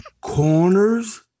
Corners